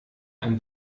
ein